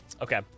okay